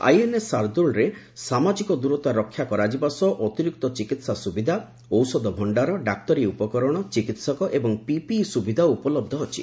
INS ଶାର୍ଦ୍ଦୁଳରେ ସାମାଜିକ ଦୂରତା ରକ୍ଷା କରାଯିବା ସହ ଅତିରିକ୍ତ ଚିକିତ୍ସା ସୁବିଧା ଔଷଧ ଭଣ୍ଡାର ଡାକ୍ତରୀ ଉପକରଣ ଚିକିତ୍ସକ ଏବଂ ପିପିଇ ସ୍ତବିଧା ଉପଲହ୍ଧ ଅଛି